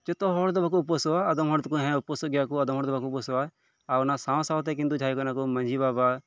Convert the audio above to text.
ᱡᱷᱚᱛᱚ ᱦᱚᱲ ᱫᱚ ᱵᱟᱠᱚ ᱩᱯᱟᱹᱥᱚᱜᱼᱟ ᱟᱫᱚᱢ ᱦᱚᱲ ᱫᱚ ᱦᱮᱸ ᱩᱯᱟᱹᱥᱚᱜ ᱜᱮᱭᱟ ᱟᱫᱚᱢ ᱦᱚᱲ ᱫᱚ ᱵᱟᱠᱚ ᱩᱯᱟᱹᱥᱚᱜᱼᱟ ᱟᱨ ᱚᱱᱟ ᱥᱟᱶ ᱥᱟᱶᱛᱮ ᱠᱤᱱᱛᱩ ᱡᱟᱦᱟᱸᱭ ᱠᱟᱱᱟ ᱠᱚ ᱢᱟᱡᱷᱤ ᱵᱟᱵᱟ